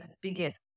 biggest